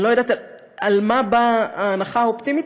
אני לא יודעת על בסיס מה באה ההנחה האופטימית